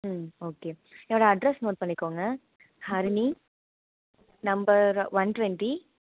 ம் ஓகே என்னோடய address note பண்ணிக்கோங்க ஹரிணி நம்பர் ஒன் டுவெண்ட்டி